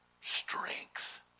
strength